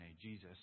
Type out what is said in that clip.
Jesus